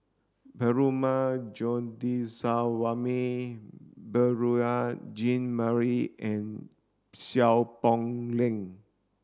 Perumal Govindaswamy Beurel Jean Marie and Seow Poh Leng